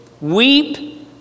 weep